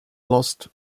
lost